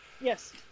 Yes